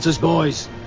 boys